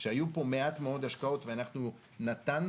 כשהיו פה מעט מאוד השקעות ואנחנו נתנו